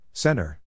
Center